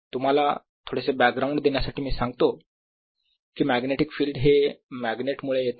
तुम्हाला थोडेसे बॅकग्राऊंड देण्यासाठी मी सांगतो कि मॅग्नेटिक फिल्ड हे मॅग्नेट मुळे येते